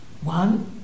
One